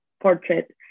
portrait